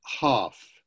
half